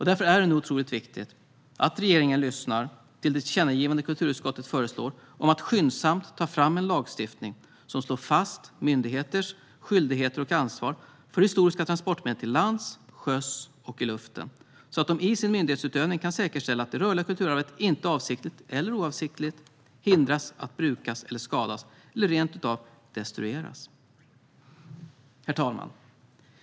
Därför är det nu otroligt viktigt att regeringen lyssnar till det tillkännagivande som kulturutskottet föreslår att riksdagen riktar om att skyndsamt ta fram en lagstiftning som slår fast myndigheters skyldigheter och ansvar för historiska transportmedel till lands, till sjöss och i luften. Syftet är att de i sin myndighetsutövning ska kunna säkerställa att det rörliga kulturarvet inte - avsiktligt eller oavsiktligt - hindras att brukas och att det inte skadas eller rent av destrueras. Herr talman!